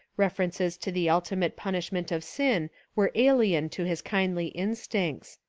references to the ultimate punish ment of sin were alien to his kindly instincts.